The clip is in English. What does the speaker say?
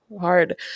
hard